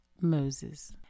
Moses